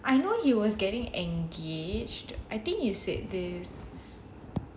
I know he was getting engaged I think you said this